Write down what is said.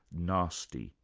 nasty,